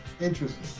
interesting